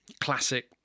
classic